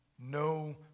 no